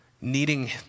needing